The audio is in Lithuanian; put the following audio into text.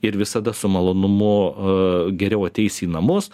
ir visada su malonumu geriau ateis į namus